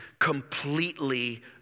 Completely